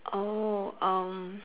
oh um